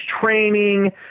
training